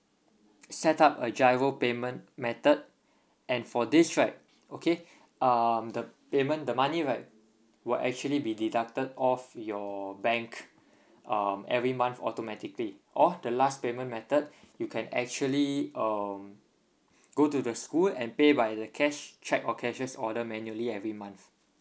set up a giro payment method and for this right okay um the payment the money right will actually be deducted off your bank um every month automatically or the last payment method you can actually um go to the school and pay by the cash cheque or cashier's order manually every month